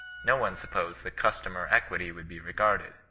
no one supposed that custom or equity would be regarded.